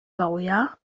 baujahr